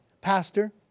Pastor